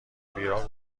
بیراه